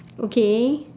okay